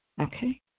okay